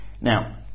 Now